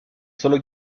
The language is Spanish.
solo